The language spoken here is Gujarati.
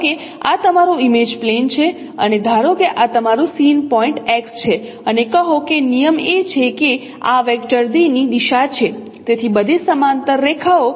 ધારો કે આ તમારું ઇમેજ પ્લેન છે અને ધારો કે આ તમારું સીન પોઇન્ટ X છે અને કહો કે નિયમ એ છે કે આ વેક્ટર d ની દિશા છે તેથી બધી સમાંતર રેખાઓ